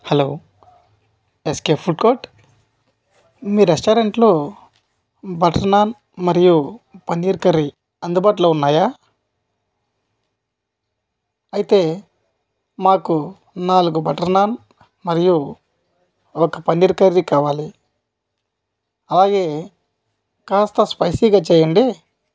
hello SK food court మీ రెస్టారెంట్లో butter naan మరియు పన్నీర్ కర్రీ అందుబాటులో ఉన్నాయా అయితే మాకు నాలుగు బటర్ నాన్ మరియు ఒక పన్నీర్ కర్రీ కావాలి అలాగే కాస్తా స్పైసీగా చేయండి